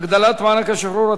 (הגדלת מענק השחרור),